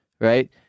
right